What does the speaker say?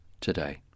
today